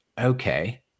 okay